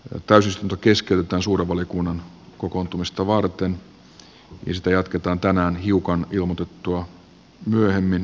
täysistunto keskeytetään suuren valiokunnan kokoontumista varten ja sitä jatketaan tänään hiukan ilmoitettua myöhemmin